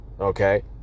Okay